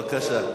בבקשה.